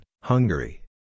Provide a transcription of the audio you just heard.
Hungary